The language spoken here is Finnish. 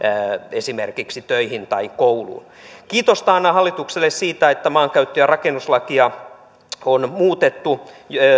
esimerkiksi töihin tai kouluun kiitosta annan hallitukselle siitä että maankäyttö ja rakennuslakia on muutettu